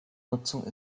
nutzung